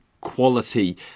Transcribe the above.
quality